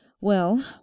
Well